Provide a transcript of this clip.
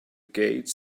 gate